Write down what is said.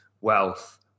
wealth